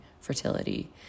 fertility